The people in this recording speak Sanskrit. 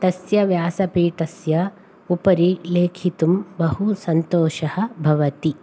तस्य व्यासपीठस्य उपरि लिखितुं बहु सन्तोषः भवति